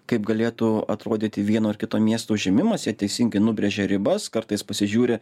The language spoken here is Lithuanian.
kaip galėtų atrodyti vieno ar kito miesto užėmimas jie teisingai nubrėžė ribas kartais pasižiūri